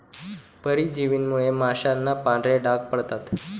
परजीवींमुळे माशांना पांढरे डाग पडतात